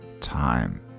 time